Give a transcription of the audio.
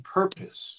purpose